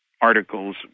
articles